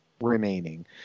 remaining